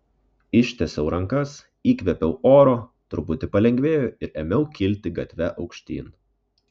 ištiesiau rankas įkvėpiau oro truputį palengvėjo ir ėmiau kilti gatve aukštyn